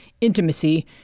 intimacy